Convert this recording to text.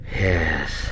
Yes